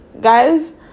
guys